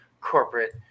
corporate